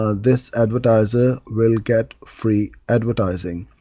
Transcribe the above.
ah this advertiser will get free advertising.